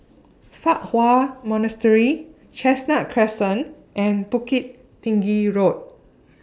Fa Hua Monastery Chestnut Crescent and Bukit Tinggi Road